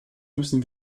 müssen